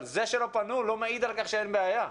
אבל זה שלא פנו לא מעיד על כך שאין בעיה.